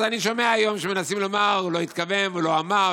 אז אני שומע היום שמנסים לומר: הוא לא התכוון ולא אמר.